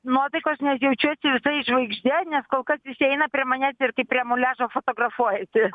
nuotaikos net jaučiuosi visai žvaigždė nes kol kas visi eina prie manęs ir kaip prie muliažo fotografuojasi